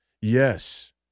Yes